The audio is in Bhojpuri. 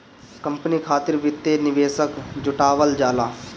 कंपनी खातिर वित्तीय निवेशक जुटावल जाला